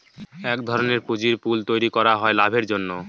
এক ধরনের পুঁজির পুল তৈরী করা হয় লাভের জন্য